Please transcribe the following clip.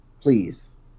Please